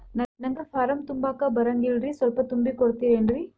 ನಂಗ ಫಾರಂ ತುಂಬಾಕ ಬರಂಗಿಲ್ರಿ ಸ್ವಲ್ಪ ತುಂಬಿ ಕೊಡ್ತಿರೇನ್ರಿ?